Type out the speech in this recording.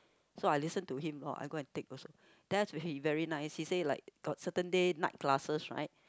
so I listen to him lor I go and take also then he very nice he said like certain day night classes right